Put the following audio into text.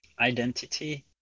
identity